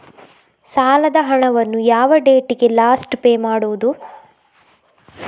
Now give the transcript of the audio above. ಸಾಲದ ಹಣವನ್ನು ಯಾವ ಡೇಟಿಗೆ ಲಾಸ್ಟ್ ಪೇ ಮಾಡುವುದು?